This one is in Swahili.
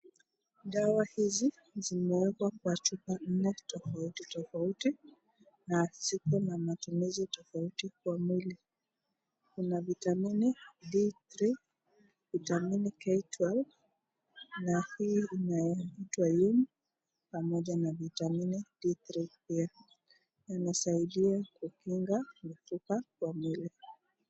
Dawa hizi zimewekwa kwa chupa nne tofauti tofauti na ziko na matumizi tofauti kwa mwili. Kuna vitamini D3, vitamini K12 na hii inayoitwa Iron pamoja na vitamini B3 pia. Inasaidi kukinga rotuba kwa mwili.